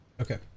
Okay